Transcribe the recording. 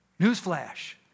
Newsflash